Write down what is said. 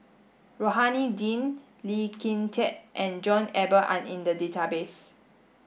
Rohani Din Lee Kin Tat and John Eber are in the database